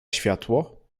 światło